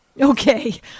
Okay